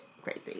crazy